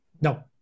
no